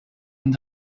and